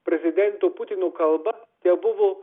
prezidento putino kalba tebuvo